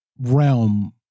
realm